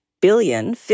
billion